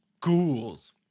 ghouls